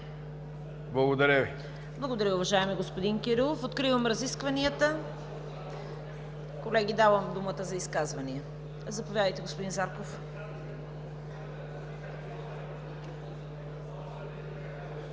КАРАЯНЧЕВА: Благодаря, уважаеми господин Кирилов. Откривам разискванията, давам думата за изказвания. Заповядайте, господин Зарков.